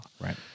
Right